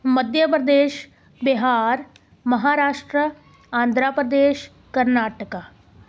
Madhya Pradesh Bihar Maharashtra Andhra Pradesh Karnataka